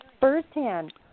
firsthand